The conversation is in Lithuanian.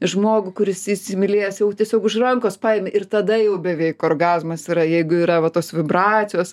žmogų kuris įsimylėjęs jau tiesiog už rankos paimi ir tada jau beveik orgazmas yra jeigu yra va tos vibracijos